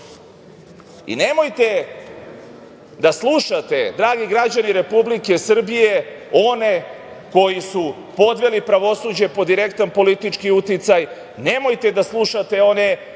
izabrani. Nemojte da slušate, dragi građani Republike Srbije, one koji su podveli pravosuđe pod direktan politički uticaj, nemojte da slušate one